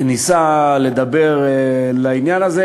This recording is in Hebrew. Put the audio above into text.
ניסה לדבר בעניין הזה.